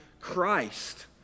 Christ